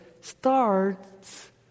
starts